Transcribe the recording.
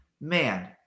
man